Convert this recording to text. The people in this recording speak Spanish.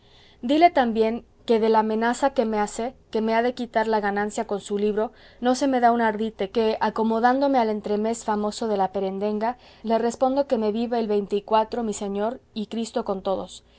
dile también que de la amenaza que me hace que me ha de quitar la ganancia con su libro no se me da un ardite que acomodándome al entremés famoso de la perendenga le respondo que me viva el veinte y cuatro mi señor y cristo con todos